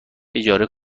اجاره